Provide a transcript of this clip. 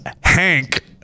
Hank